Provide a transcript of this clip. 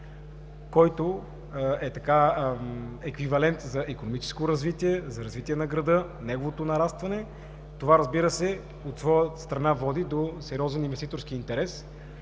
който е еквивалент за икономическо развитие, за развитие на града, неговото нарастване. Това, разбира се, от своя страна води до сериозен инвеститорски интерес,